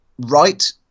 right